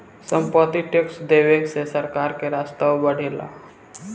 सम्पत्ति टैक्स लेवे से सरकार के राजस्व बढ़ेला